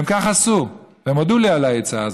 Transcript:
כך הם עשו, והם הודו לי על העצה הזאת.